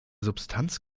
substanz